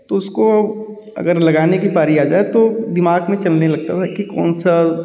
तो उसको अगर लगाने की बारी आ जाए तो दिमाग में चलने लगता था कि कौन सा